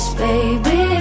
baby